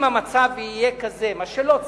אם המצב יהיה כזה, מה שלא צפוי,